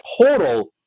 total